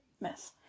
mess